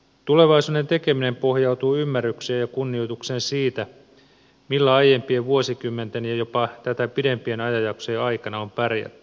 tulevaisuuden tekeminen pohjautuu ymmärrykseen ja kunnioitukseen sitä kohtaan millä aiempien vuosikymmenten ja jopa tätä pidempien ajanjaksojen aikana on pärjätty